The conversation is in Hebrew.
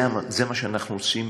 זה מה שאנחנו רוצים,